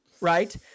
right